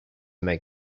make